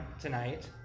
tonight